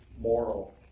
moral